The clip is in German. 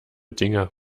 dinge